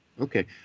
Okay